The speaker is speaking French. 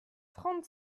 trente